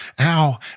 ow